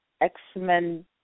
X-Men